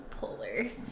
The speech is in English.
polars